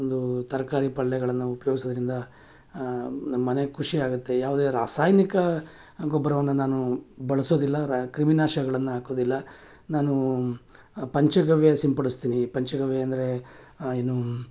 ಒಂದು ತರಕಾರಿ ಪಲ್ಯಗಳನ್ನು ಉಪಯೋಗ್ಸೋದ್ರಿಂದ ನಮ್ಮ ಮನೆಗೆ ಖುಷಿಯಾಗುತ್ತೆ ಯಾವುದೇ ರಾಸಾಯನಿಕ ಗೊಬ್ಬರವನ್ನು ನಾನು ಬಳಸೋದಿಲ್ಲ ರಾ ಕ್ರಿಮಿನಾಶಕಗಳನ್ನ ಹಾಕೋದಿಲ್ಲ ನಾನೂ ಪಂಚಗವ್ಯ ಸಿಂಪಡಿಸ್ತೀನಿ ಪಂಚಗವ್ಯ ಅಂದರೆ ಏನು